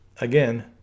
Again